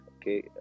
Okay